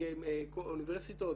נציגי אוניברסיטאות,